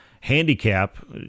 handicap